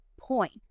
point